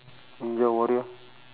ninja warrior